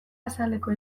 azaleko